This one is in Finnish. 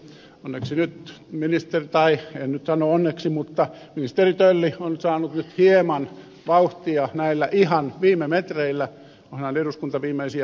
onneksi tai en nyt sano onneksi ministeri tölli on saanut nyt hieman vauhtia näillä ihan viime metreillä onhan eduskunta viimeisiä päiviään koolla